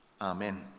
Amen